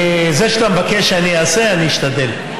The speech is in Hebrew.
זה שאתה מבקש שאני אעשה, אני אשתדל.